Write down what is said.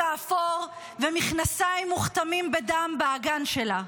האפור ומכנסיים מוכתמים בדם באגן שלה?